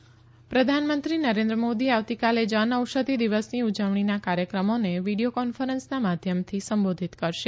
જન ઔષધિ દિવસ પ્રધાનમંત્રી નરેન્દ્ર મોદી આવતીકાલે જન ઔષધિ દિવસની ઉજવણીના કાર્યક્રમોને વિડિયો કોન્ફરન્સના માધ્યમથી સંબોધિત કરશે